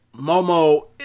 Momo